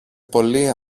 πολύ